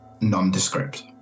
nondescript